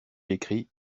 écrit